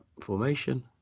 formation